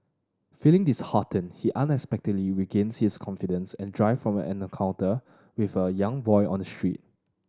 feeling disheartened he unexpectedly regains his confidence and drive from an encounter with a young boy on the street